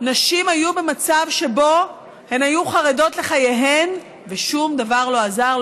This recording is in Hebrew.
נשים היו במצב שבו הן היו חרדות לחייהן ושום דבר לא עזר,